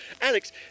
Alex